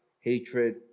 hatred